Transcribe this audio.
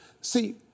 See